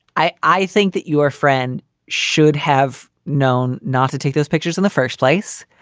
i i think that your friend should have known not to take those pictures in the first place.